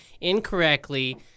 incorrectly